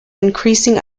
increasing